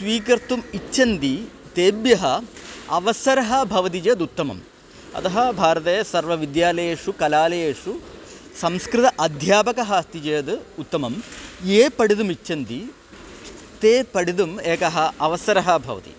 स्वीकर्तुम् इच्छन्ति तेभ्यः अवसरः भवति चेद् उत्तमम् अतः भारते सर्वविद्यालयेषु कलालयेषु संस्कृतस्य अध्यापकः अस्ति चेद् उत्तमं ये पठितुमिच्छन्ति ते पठितुम् एकः अवसरः भवति